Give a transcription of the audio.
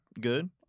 good